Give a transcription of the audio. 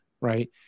Right